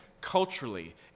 culturally